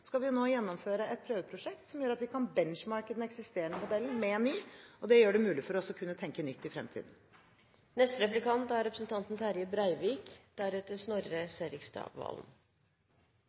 skal vi nå gjennomføre et prøveprosjekt som gjør at vi kan «benchmarke» den eksisterende modellen med en ny, og det gjør det mulig for oss å kunne tenke nytt i fremtiden.